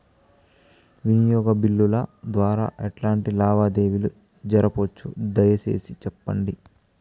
వినియోగ బిల్లుల ద్వారా ఎట్లాంటి లావాదేవీలు జరపొచ్చు, దయసేసి సెప్పండి?